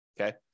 Okay